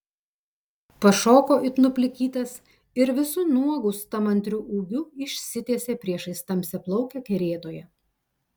pašoko it nuplikytas ir visu nuogu stamantriu ūgiu išsitiesė priešais tamsiaplaukę kerėtoją